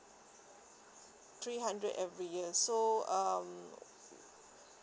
three hundred every year so um